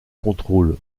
contrôle